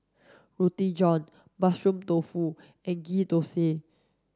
roti john mushroom tofu and ghee thosai